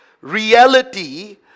reality